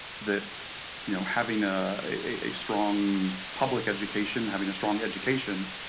that you know having ah a strong public education, having a strong education,